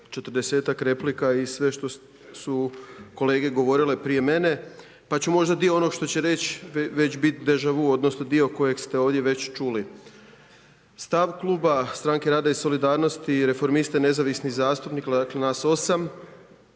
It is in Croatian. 40a-k replika i sve što su kolege govorile prije mene pa ću možda dio onog što će reći, već bit deja vu, odnosno dio kojeg ste ovdje već čuli. Stav kluba Stranke rada i solidarnosti, Reformista i nezavisnih zastupnika, dakle nas 8